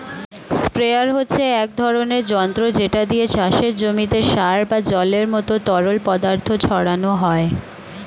sprayer হচ্ছে এক ধরনের যন্ত্র যেটা দিয়ে চাষের জমিতে সার বা জলের মতো তরল পদার্থ ছড়ানো যায়